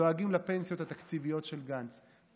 דואגים לפנסיות התקציביות של גנץ,